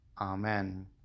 Amen